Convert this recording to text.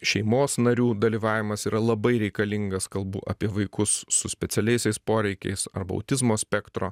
šeimos narių dalyvavimas yra labai reikalingas kalbu apie vaikus su specialiaisiais poreikiais arba autizmo spektro